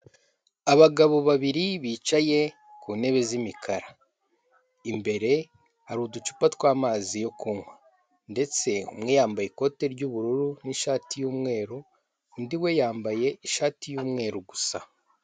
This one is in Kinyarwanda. Abagabo babiri bicaye ku ntebe z'imikara. Imbere hari uducupa tw'amazi yo kunywa ndetse umwe yambaye ikote ry'ubururu n'ishati y'umweru, undi we yambaye ishati y'umweru gusa.